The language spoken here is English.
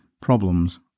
problems